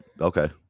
Okay